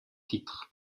titre